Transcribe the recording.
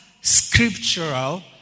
scriptural